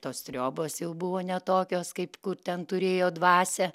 tos triobos jau buvo ne tokios kaip kur ten turėjo dvasią